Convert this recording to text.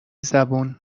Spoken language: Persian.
زبون